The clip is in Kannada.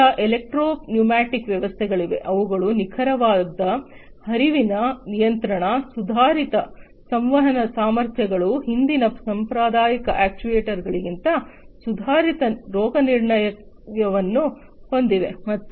ನಂತರ ಎಲೆಕ್ಟ್ರೋ ನ್ಯೂಮ್ಯಾಟಿಕ್ ವ್ಯವಸ್ಥೆಗಳಿವೆ ಅವುಗಳು ನಿಖರವಾದ ಹರಿವಿನ ನಿಯಂತ್ರಣ ಸುಧಾರಿತ ಸಂವಹನ ಸಾಮರ್ಥ್ಯಗಳು ಹಿಂದಿನ ಸಾಂಪ್ರದಾಯಿಕ ಅಕ್ಚುಯೆಟರ್ಸ್ಗಳಿಗಿಂತ ಸುಧಾರಿತ ರೋಗನಿರ್ಣಯವನ್ನು ಹೊಂದಿವೆ